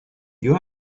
you